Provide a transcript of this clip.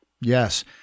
Yes